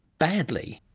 badly.